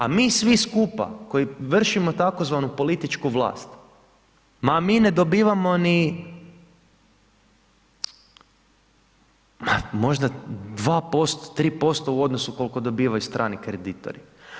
A mi svi skupa koji vršimo tzv. političku vlast ma mi ne dobivamo ni možda 2%, 3% u odnosu kolko dobivaju strani kreditori.